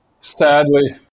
sadly